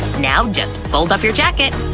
now just fold up your jacket,